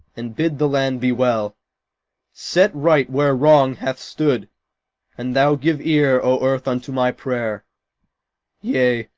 and bid the land be well set right where wrong hath stood and thou give ear, o earth, unto my prayer yea,